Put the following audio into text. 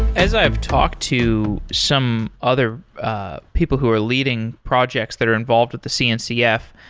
as i've talked to some other people who are leading projects that are involved with the cncf,